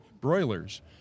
broilers